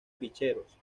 ficheros